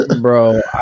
Bro